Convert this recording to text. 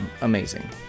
amazing